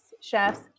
Chef's